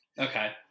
Okay